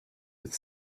with